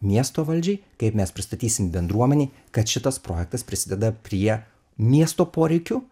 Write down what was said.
miesto valdžiai kaip mes pristatysim bendruomenei kad šitas projektas prisideda prie miesto poreikių